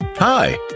Hi